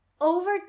Over